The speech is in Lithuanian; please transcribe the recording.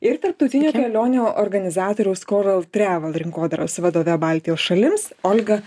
ir tarptautinio kelionių organizatoriaus coral travel rinkodaros vadove baltijos šalims olga